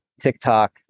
TikTok